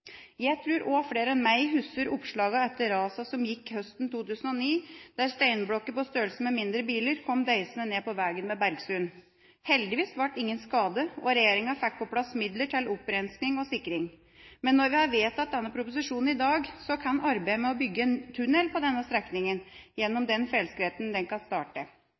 Jeg tror også at flere enn meg husker oppslagene etter rasene som gikk høsten 2009, der steinblokker på størrelse med mindre biler kom deisende ned på veien ved Bergsund. Heldigvis ble ingen skadet, og regjeringa fikk på plass midler til opprensking og sikring. Men når vi har vedtatt denne proposisjonen i dag, kan arbeidet med å bygge en tunnel starte på denne strekninga, gjennom den